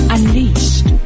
Unleashed